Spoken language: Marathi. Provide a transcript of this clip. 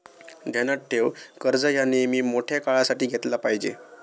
ध्यानात ठेव, कर्ज ह्या नेयमी मोठ्या काळासाठी घेतला पायजे